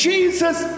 Jesus